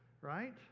Right